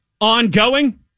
ongoing